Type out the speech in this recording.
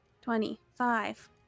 twenty-five